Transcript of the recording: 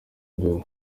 mbeba